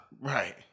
Right